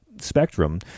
spectrum